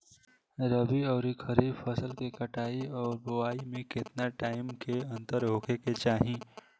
रबी आउर खरीफ फसल के कटाई और बोआई मे केतना टाइम के अंतर होखे के चाही?